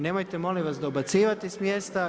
Nemojte molim vas dobacivati s mjesta.